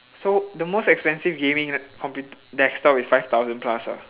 so the most expensive gaming lap~ comput~ desktop is five thousand plus ah